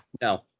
no